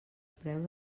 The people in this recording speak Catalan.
preu